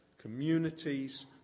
communities